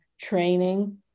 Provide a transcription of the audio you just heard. training